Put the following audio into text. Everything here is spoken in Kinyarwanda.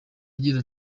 agira